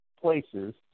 places